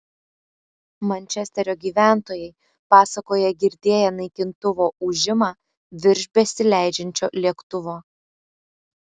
mančesterio gyventojai pasakoja girdėję naikintuvo ūžimą virš besileidžiančio lėktuvo